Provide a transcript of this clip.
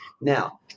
Now